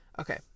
Okay